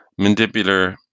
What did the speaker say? mandibular